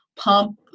Pump